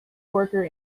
worker